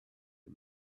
the